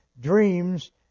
dreams